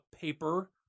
paper